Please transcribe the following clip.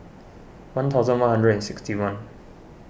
one thousand one hundred and sixty one